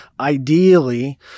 ideally